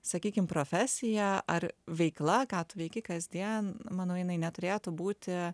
sakykim profesija ar veikla ką tu veiki kasdien manau jinai neturėtų būti